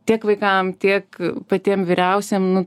tiek vaikam tiek patiem vyriausiem nu